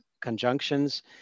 conjunctions